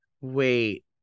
Wait